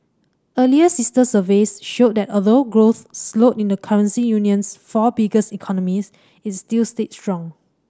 earlier sister surveys showed that although growth slowed in the currency union's four biggest economies it still stayed strong